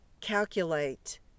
calculate